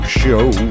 show